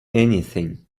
anything